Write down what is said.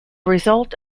result